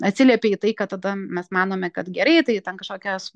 atsiliepia į tai ką tada mes manome kad gerai tai ten kažkokias